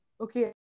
okay